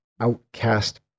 outcast